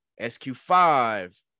SQ5